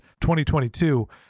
2022